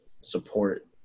support